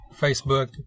Facebook